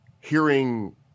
hearing